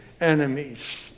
enemies